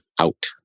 out